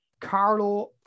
Carlo